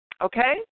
okay